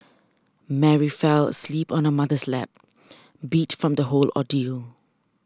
Mary fell asleep on her mother's lap beat from the whole ordeal